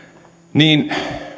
niin